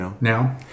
Now